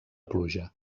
pluja